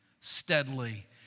steadily